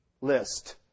List